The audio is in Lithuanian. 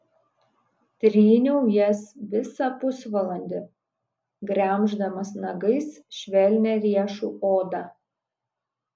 tryniau jas visą pusvalandį gremždamas nagais švelnią riešų odą